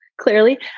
Clearly